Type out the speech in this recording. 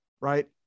right